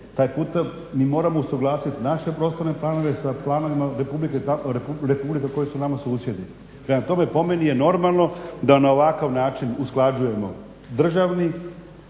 Taj puta mi moramo usuglasiti naše prostorne planove sa planovima Republike tako republike koje su nama susjedi. Prema tome po meni je normalno da na ovakav način usklađujemo državni,